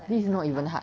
this is not even hard